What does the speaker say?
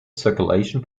circulation